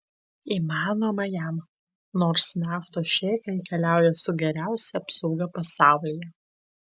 įmanoma jam nors naftos šeichai keliauja su geriausia apsauga pasaulyje